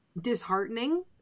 disheartening